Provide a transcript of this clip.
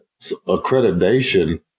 accreditation